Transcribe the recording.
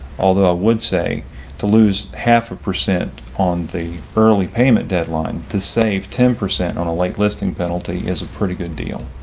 although i would say to lose half a percent on the early payment deadline to save ten percent on a late listing penalty is a pretty good deal.